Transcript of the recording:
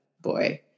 boy